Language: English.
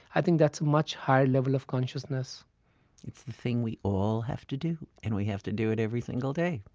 i think that's a much higher level of consciousness it's the thing we all have to do. and we have to do it every single day,